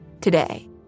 today